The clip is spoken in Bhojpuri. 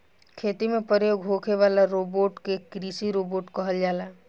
खेती में प्रयोग होखे वाला रोबोट के कृषि रोबोट कहल जाला